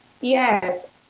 Yes